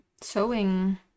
sewing